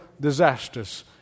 disasters